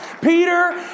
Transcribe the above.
Peter